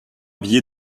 billet